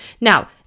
now